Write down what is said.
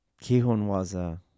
Kihonwaza